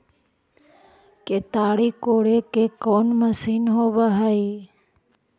केताड़ी कोड़े के कोन मशीन होब हइ?